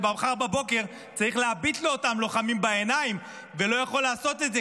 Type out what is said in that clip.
שמחר בבוקר צריך להביט לאותם לוחמים בעיניים ולא יכול לעשות את זה.